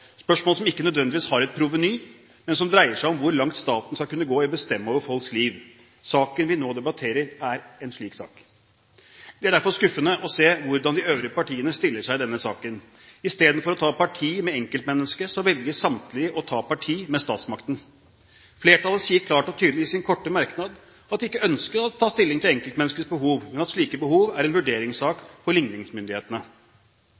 spørsmål, spørsmål som ikke nødvendigvis har et proveny, men som dreier seg om hvor langt staten skal kunne gå i å bestemme over folks liv. Saken vi nå debatterer, er en slik sak. Det er derfor skuffende å se hvordan de øvrige partiene stiller seg i denne saken. Istedenfor å ta parti med enkeltmennesket velger samtlige å ta parti med statsmakten. Flertallet sier klart og tydelig i sin korte merknad at de ikke ønsker å ta stilling til enkeltmenneskets behov, men at slike behov er en